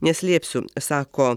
neslėpsiu sako